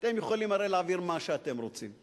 אתם יכולים הרי להעביר מה שאתם רוצים,